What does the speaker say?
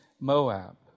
Moab